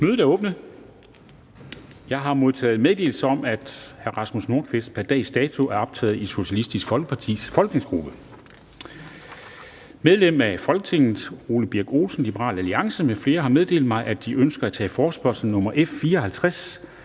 Mødet er åbnet. Jeg har modtaget meddelelse om, at hr. Rasmus Nordqvist pr. dags dato er optaget i Socialistisk Folkepartis folketingsgruppe. Medlemmer af Folketinget Ole Birk Olesen (LA) m.fl. har meddelt mig, at de ønsker at tage forespørgsel nr. F 54